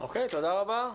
תודה רבה.